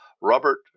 Robert